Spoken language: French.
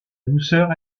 douceur